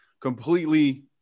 completely